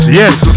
yes